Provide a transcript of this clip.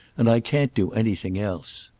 and i can't do anything else.